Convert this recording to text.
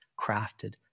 crafted